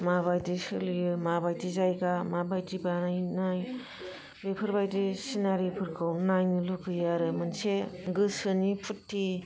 माबादि सोलियो माबादि जायगा माबादि बानायनाय बेफोरबादि सिनारिफोरखौ नायनो लुबैयो आरो मोनसे गोसोनि फुरटि